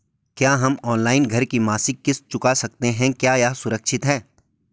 क्या हम ऑनलाइन घर की मासिक किश्त चुका सकते हैं क्या यह सुरक्षित है?